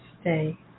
stay